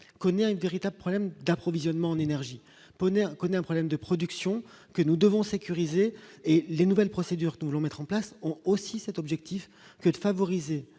connaît une véritable problème d'approvisionnement en énergie poney, reconnaît un problème de production que nous devons sécuriser et les nouvelles procédures de mettre en place aussi cet objectif de favoriser